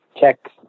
checks